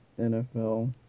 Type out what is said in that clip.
NFL